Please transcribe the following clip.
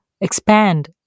expand